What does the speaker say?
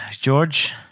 George